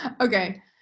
okay